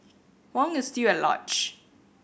Huang is still at large